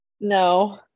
No